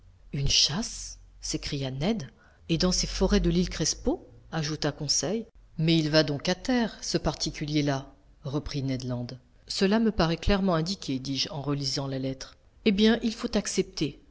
une chasse s'écria ned et dans ses forêts de l'île crespo ajouta conseil mais il va donc à terre ce particulier là reprit ned land cela me paraît clairement indiqué dis-je en relisant la lettre eh bien il faut accepter